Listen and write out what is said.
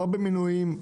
המינויים,